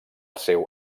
seu